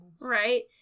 Right